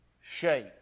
shape